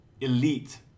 elite